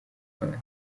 rwanda